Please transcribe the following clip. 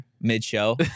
mid-show